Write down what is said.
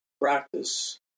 practice